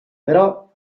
però